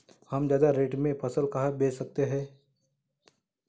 हम ज्यादा रेट में फसल कहाँ बेच सकते हैं?